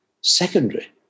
secondary